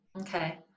okay